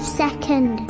second